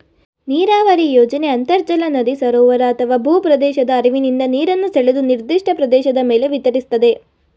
ನೀರಾವರಿ ಯೋಜನೆ ಅಂತರ್ಜಲ ನದಿ ಸರೋವರ ಅಥವಾ ಭೂಪ್ರದೇಶದ ಹರಿವಿನಿಂದ ನೀರನ್ನು ಸೆಳೆದು ನಿರ್ದಿಷ್ಟ ಪ್ರದೇಶದ ಮೇಲೆ ವಿತರಿಸ್ತದೆ